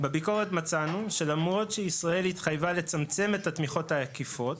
בביקורת מצאנו שלמרות שישראל התחייבה לצמצם את התמיכות העקיפות,